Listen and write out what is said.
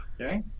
Okay